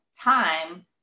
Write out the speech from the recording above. time